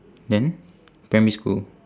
then primary school